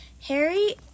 Harry